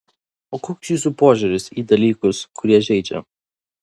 o koks jūsų požiūris į dalykus kurie žeidžia